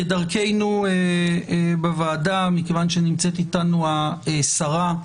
כדרכנו בוועדה, מכיוון שנמצאת איתנו השרה,